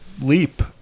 leap